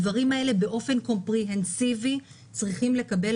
הדברים האלה באופן קומפריהנסיבי צריכים לקבל